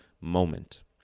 moment